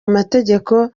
amategeko